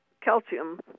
Calcium